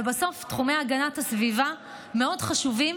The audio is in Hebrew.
ובסוף תחומי הגנת הסביבה מאוד חשובים